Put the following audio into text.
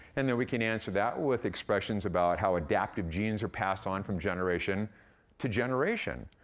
and then, we can answer that with expressions about how adaptive genes are passed on from generation to generation.